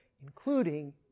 including